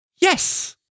yes